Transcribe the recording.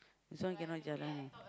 this one cannot jalan